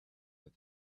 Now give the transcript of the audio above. that